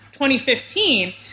2015